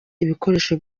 ibikoresho